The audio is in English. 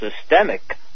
systemic